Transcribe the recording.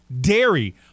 Dairy